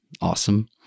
awesome